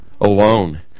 alone